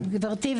גברתי,